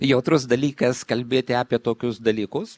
jautrus dalykas kalbėti apie tokius dalykus